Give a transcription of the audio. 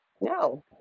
No